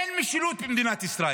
אין משילות במדינת ישראל.